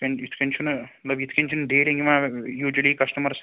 یِتھ کٔنۍ یِتھ کٔنۍ چھُنہٕ مطلب یِتھ کٔنۍ چھُنہٕ ڈیٖلنٛگ یِوان یوجؤلی کسٹمرَس